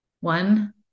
One